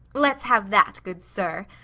let's have that, good sir.